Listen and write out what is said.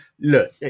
look